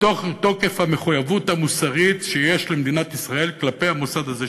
מתוך תוקף המחויבות המוסרית שיש למדינת ישראל כלפי המוסד הזה,